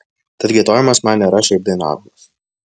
tad giedojimas man nėra šiaip dainavimas